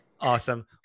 Awesome